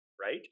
right